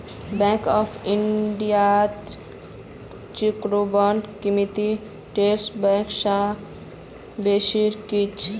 bank of इंडियात चेकबुकेर क़ीमत सेंट्रल बैंक स बेसी छेक